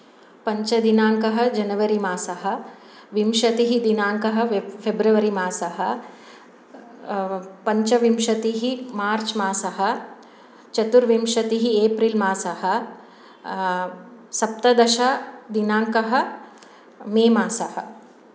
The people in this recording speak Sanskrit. पञ्चदिनांकः जनवरिमासः विंशतिः दिनांकः फेब्रवरिमासः पञ्चविंशतिः मार्च् मासः चतुर्विंशतिः एप्रिल् मासः सप्तदशदिनांकः मेमासः